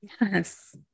Yes